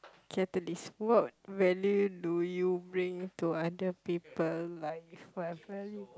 catalyst what value do you bring to other people like my friend